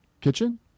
Kitchen